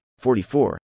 44